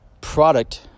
product